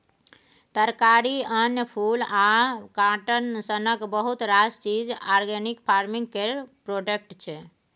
तरकारी, अन्न, फुल, फर आ काँटन सनक बहुत रास चीज आर्गेनिक फार्मिंग केर प्रोडक्ट छै